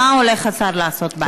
מה השר הולך לעשות בעניין?